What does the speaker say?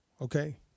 Okay